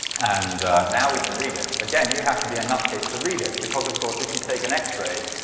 and now we can read it. again, you have to be a nutcase to read it because of course if you take an x-ray,